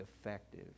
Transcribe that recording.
effective